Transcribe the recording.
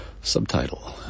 Subtitle